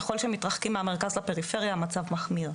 ככל שמתרחקים מהמרכז לפריפריה המצב מחמיר.